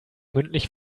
mündlich